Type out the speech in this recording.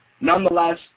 Nonetheless